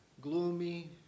gloomy